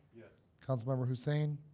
yes. councilmember hussain.